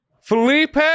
felipe